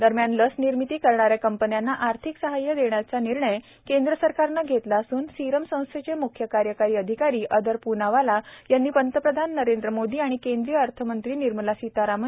दरम्यान लस निर्मिती करणाऱ्या कंपन्यांना आर्थिक सहाय्य देण्याच्या निर्णय केंद्र सरकारनं घेतला असून सीरम संस्थेचे मुख्य कार्यकारी अधिकारी आदर प्नावाला यांनी पंतप्रधान नरेंद्र मोदी आणि केंद्रीय अर्थमंत्री निर्मला सीतारामन यांचे आभार मानले आहेत